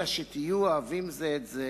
אלא שתהיו אוהבים זה את זה